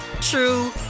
true